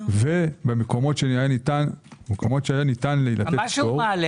ומקומות שהיה ניתן- -- מה שהוא מעלה,